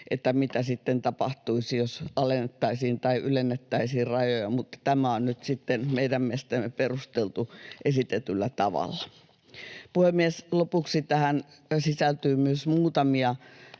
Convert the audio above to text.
sitä, mitä sitten tapahtuisi, jos alennettaisiin tai ylennettäisiin rajoja, mutta tämä on nyt sitten meidän mielestämme perusteltu esitetyllä tavalla. Puhemies, lopuksi: Tähän sisältyy myös muutamia